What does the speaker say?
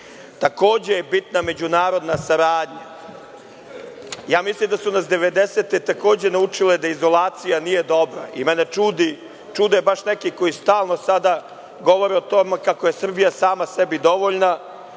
Srbiji. Takođe je bitna međunarodna saradnja. Ja mislim da su nas 90-te takođe naučile da izolacija nije dobra. Mene čude baš neki koji stalno sada govore o tome kako je Srbija sama sebi dovoljna,